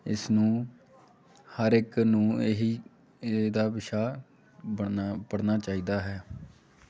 ਇਸ ਨੂੰ ਹਰ ਇੱਕ ਨੂੰ ਇਹੀ ਇਹਦਾ ਵਿਸ਼ਾ ਬਣਨਾ ਪੜ੍ਹਨਾ ਚਾਹੀਦਾ ਹੈ